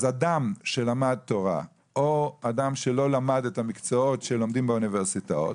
אדם שלמד תורה או אדם שלא למד את המקצועות שלומדים באוניברסיטאות